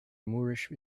moorish